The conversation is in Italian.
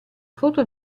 foto